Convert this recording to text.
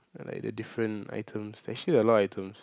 like the different items actually a lot of items